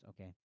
Okay